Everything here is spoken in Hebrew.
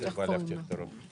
הצבעה לא התקבל.